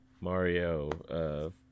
Mario